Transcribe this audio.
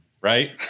right